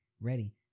ready